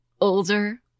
older